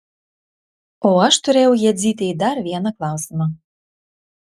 o aš turėjau jadzytei dar vieną klausimą